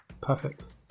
perfect